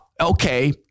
okay